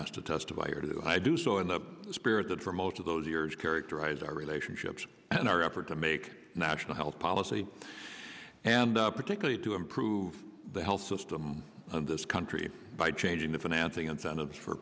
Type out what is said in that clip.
asked to testify or do i do so in the spirit that for most of those years characterize our relationships and our effort to make national health policy and particularly to improve the health system in this country by changing the financing incentives for